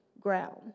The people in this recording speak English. ground